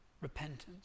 repentance